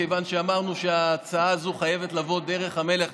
מכיוון שאמרנו שההצעה הזאת חייבת לבוא בדרך המלך,